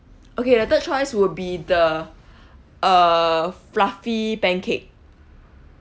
okay the third choice will be the err fluffy pancake